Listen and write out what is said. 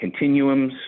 continuums